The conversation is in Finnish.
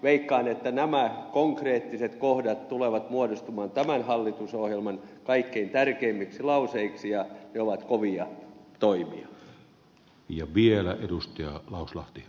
veikkaan että nämä konkreettiset kohdat tulevat muodostumaan tämän hallitusohjelman kaikkein tärkeimmiksi lauseiksi ja ne ovat kovia toimia